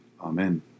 Amen